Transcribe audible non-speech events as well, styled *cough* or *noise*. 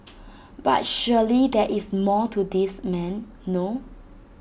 *noise* but surely there is more to this man no